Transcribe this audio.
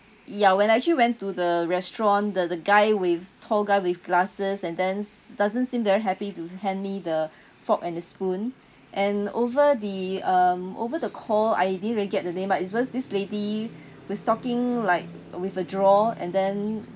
ya when I actually went to the restaurant the the guy with tall guy with glasses and then doesn't seem very happy to hand me the fork and the spoon and over the um over the call I didn't really get the name but it was this lady was talking like with a draw and then